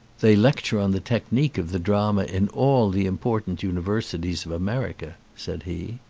they lecture on the technique of the drama in all the important universities of america, said he.